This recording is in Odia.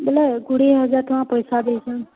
ବୋଇଲେ କୁଡ଼ିଏ ହଜାର୍ ଟଙ୍କା ପଇସା ଦେଇଛନ୍